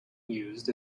used